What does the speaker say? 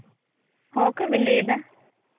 ᱦᱮᱸ ᱚᱠᱚᱭ ᱵᱮᱱ ᱞᱟᱹᱭ ᱮᱫᱟ